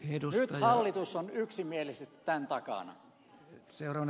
nyt hallitus on yksimielisesti tämän takana